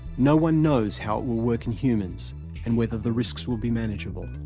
no one knows how it will work in humans and whether the risks will be manageable.